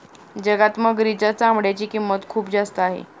जगात मगरीच्या चामड्याची किंमत खूप जास्त आहे